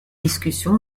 discussion